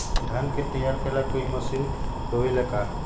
धान के तैयार करेला कोई मशीन होबेला का?